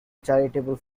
charitable